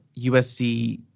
USC